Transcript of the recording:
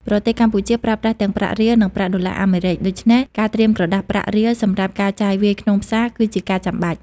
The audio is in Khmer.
ប្រទេសកម្ពុជាប្រើប្រាស់ទាំងប្រាក់រៀល និងប្រាក់ដុល្លារអាមេរិក ដូច្នេះការត្រៀមក្រដាសប្រាក់រៀលសម្រាប់ការចាយវាយក្នុងផ្សារ គឺជាការចាំបាច់។